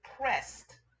pressed